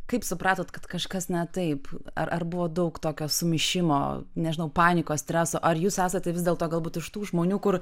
kaip supratot kad kažkas ne taip ar ar buvo daug tokio sumišimo nežinau panikos streso ar jūs esate vis dėlto galbūt iš tų žmonių kur